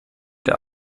der